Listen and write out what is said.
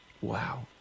Wow